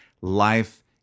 life